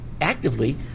actively